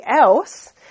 else